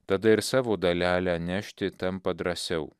tada ir savo dalelę nešti tampa drąsiau